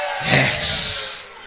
Yes